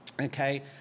okay